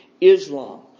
Islam